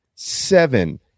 seven